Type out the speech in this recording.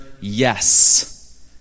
yes